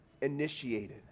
initiated